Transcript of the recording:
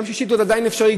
גם שישית עדיין אפשרית,